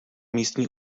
místní